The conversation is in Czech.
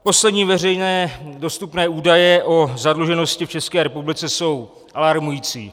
Poslední veřejné dostupné údaje o zadluženosti v České republice jsou alarmující.